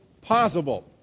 possible